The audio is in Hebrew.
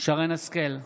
שרן מרים השכל,